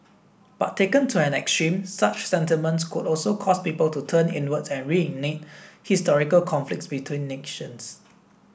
but taken to an extreme such sentiments could also cause people to turn inwards and reignite historical conflicts between nations